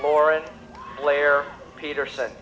lauren blair peterson